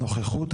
הנוכחות,